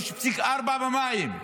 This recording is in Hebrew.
3.4% במים,